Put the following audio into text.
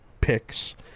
picks